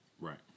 Right